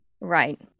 Right